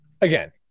again